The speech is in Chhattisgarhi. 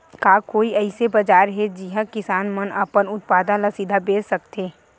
का कोई अइसे बाजार हे जिहां किसान मन अपन उत्पादन ला सीधा बेच सकथे?